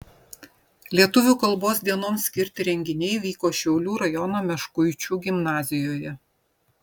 lietuvių kalbos dienoms skirti renginiai vyko šiaulių rajono meškuičių gimnazijoje